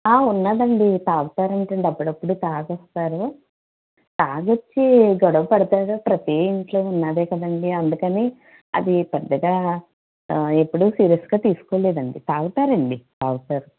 ఉన్నాదండీ తాగుతారంటండీ అప్పుడప్పుడు తాగి వస్తారు తాగి వచ్చి గొడవపడటం ప్రతీ ఇంట్లోని ఉన్నదే కదండీ అందుకని అది పెద్దగా ఎప్పుడు సీరియస్గా తీసుకోలేదండీ తాగుతారండీ తాగుతారు